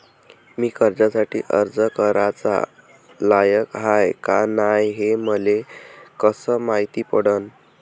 मी कर्जासाठी अर्ज कराचा लायक हाय का नाय हे मले कसं मायती पडन?